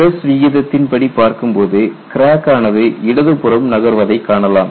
stress விகிதத்தின் படி பார்க்கும் போது கிராக் ஆனது இடது புறம் நகர்வதை காணலாம்